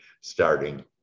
starting